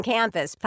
Campus